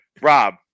Rob